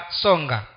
songa